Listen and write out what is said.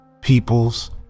peoples